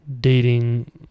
dating